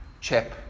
chap